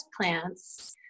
plants